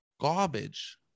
Garbage